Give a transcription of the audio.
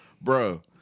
Bro